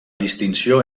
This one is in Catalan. distinció